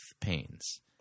pains